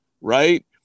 right